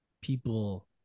people